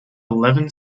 eleven